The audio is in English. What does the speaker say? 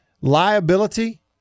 Liability